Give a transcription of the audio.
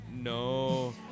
no